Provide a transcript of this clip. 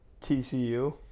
TCU